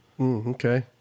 Okay